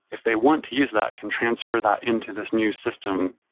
if they want to use that, can transfer that into this new system,